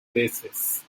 basis